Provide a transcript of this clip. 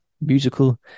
musical